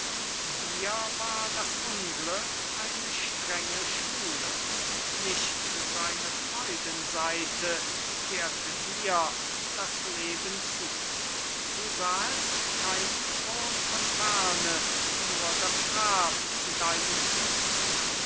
dir war das unglück eine stenge schule nicht seine freudenseite kehrte dir das leben zu du sahest keinen thron von ferne nur das grab zu deinen füßen